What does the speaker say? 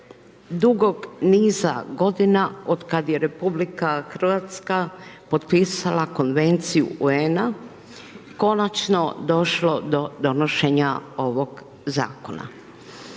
dugog niza godina otkad je RH potpisala Konvenciju UN-a, konačno došlo do donošenja ovog zakona.